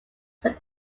said